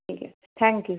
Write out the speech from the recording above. ঠিক আছে thank you